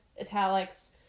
italics